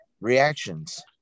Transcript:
reactions